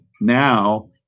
now